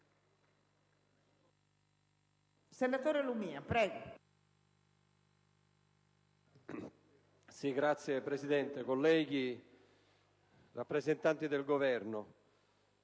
Signora Presidente, colleghi, rappresentanti del Governo,